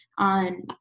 On